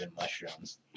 mushrooms